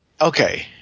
Okay